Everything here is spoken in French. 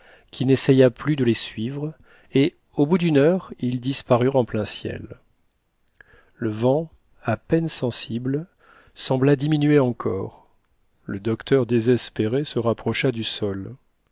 qui nessaya plus de les suivre et au bout d'une heure ils disparurent en plein ciel le vent à peine sensible sembla diminuer encore le docteur désespéré se rapprocha du sol